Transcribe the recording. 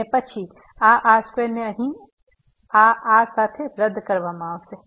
અને પછી આ r2 ને અહીં આ r સાથે રદ કરવામાં આવશે